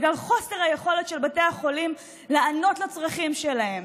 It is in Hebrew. בגלל חוסר היכולת של בתי החולים לענות על הצרכים שלהם.